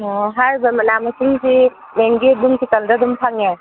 ꯑꯣ ꯍꯥꯏꯔꯤꯕ ꯃꯅꯥ ꯃꯁꯤꯡꯁꯤ ꯃꯦꯝꯒꯤ ꯑꯗꯨꯝ ꯀꯤꯆꯟꯗ ꯑꯗꯨꯝ ꯆꯪꯉꯦ